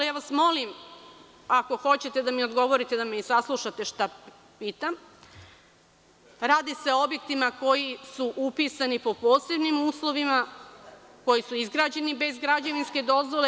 Molim vas, ako hoćete da mi odgovorite, da me saslušate šta pitam, radi se o objektima koji su upisani po posebnim uslovima, koji su izgrađeni bez građevinske dozvole.